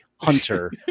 hunter